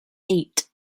eight